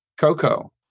Coco